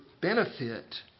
benefit